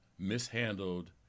mishandled